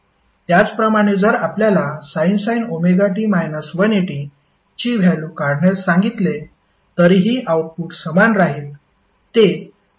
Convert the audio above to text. त्याचप्रमाणे जर आपल्याला sin ωt 180 ची व्हॅल्यु काढण्यास सांगितले तरीही आउटपुट समान राहील ते sin ωt असेल